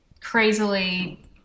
crazily